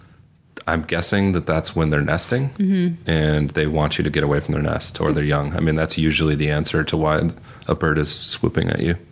i'm guessing that that's when they're nesting and they want you to get away from their nests or their young. i mean that's usually the answer to why a bird is swooping at you.